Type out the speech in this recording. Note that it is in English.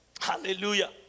Hallelujah